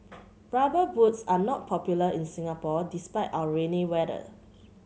Rubber Boots are not popular in Singapore despite our rainy weather